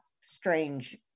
strange